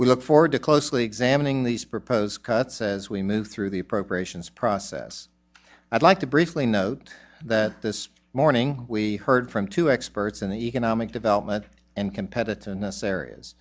we look forward to closely examining these proposed cuts as we move through the appropriations process i'd like to briefly note that this morning we heard from two experts in the economic development and competitiveness areas